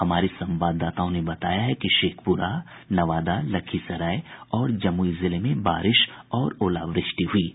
हमारे संवाददाताओं ने बताया है कि शेखपुरा नवादा लखीसराय और जमुई जिले में बारिश और ओलावृष्टि हुई है